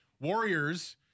Warriors